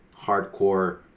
hardcore